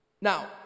Now